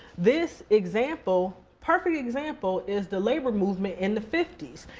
this example, perfect example is the labor movement in the fifty s.